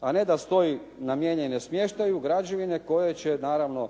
a ne da stoji namijenjene smještaju građevine koje će naravno,